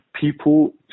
people